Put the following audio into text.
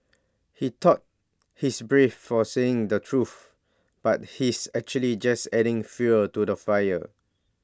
he thought he's brave for saying the truth but he's actually just adding fuel to the fire